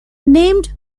named